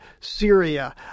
Syria